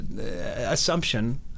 assumption